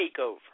takeover